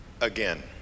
again